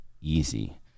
easy